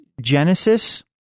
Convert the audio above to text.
Genesis